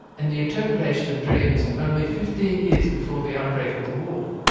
and the interpretation of dreams only fifteen years before the outbreak of the war.